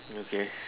okay